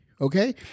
Okay